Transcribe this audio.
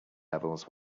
levels